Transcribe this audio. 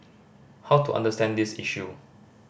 how to understand this issue